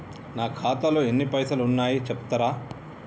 నా ఖాతాలో ఎన్ని పైసలు ఉన్నాయి చెప్తరా?